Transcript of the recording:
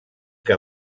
què